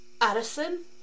Addison